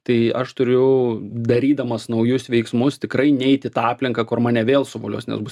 tai aš turiu darydamas naujus veiksmus tikrai neit į tą aplinką kur mane vėl suvolios nes bus